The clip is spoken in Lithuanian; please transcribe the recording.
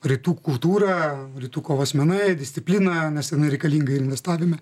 rytų kultūrą rytų kovos menai disciplina jinai nereikalinga investavime